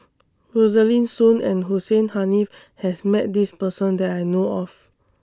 Rosaline Soon and Hussein Haniff has Met This Person that I know of